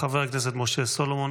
חבר הכנסת משה סולומון.